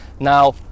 now